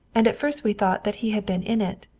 and at first we thought that he had been in it.